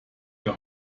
der